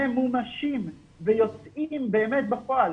ממומשים ויוצאים באמת בפועל.